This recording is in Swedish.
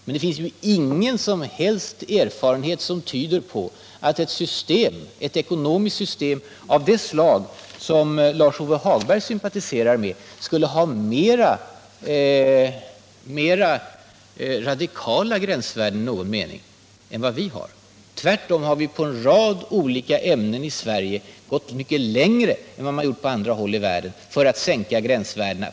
Men det finns ingen erfarenhet som tyder på att ett ekonomiskt system av det slag som Lars-Ove Hagberg sympatiserar med skulle ha i någon mening mera radikala gränsvärden än vi har. Tvärtom har vi för en rad olika ämnen i Sverige sänkt gränsvärdena mer än man gjort på andra håll i världen för att minska riskerna.